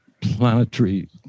planetary